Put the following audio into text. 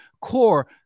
core